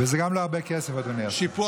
זה גם לא הרבה כסף, אדוני השר.